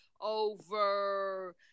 over